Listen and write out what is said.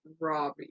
robbie